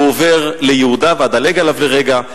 והוא עובר ליהודה, ואדלג עליו לרגע.